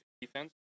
defense